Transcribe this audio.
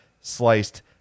sliced